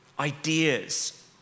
Ideas